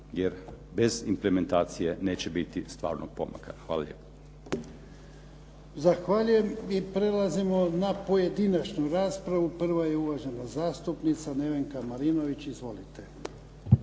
jer bez implementacije neće biti stvarnog pomaka. Hvala lijepo. **Jarnjak, Ivan (HDZ)** Zahvaljujem. I prelazimo na pojedinačnu raspravu. Prva je uvažena zastupnica Nevenka Marinović. Izvolite.